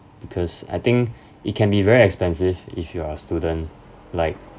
because I think it can be very expensive if you are student like